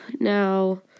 Now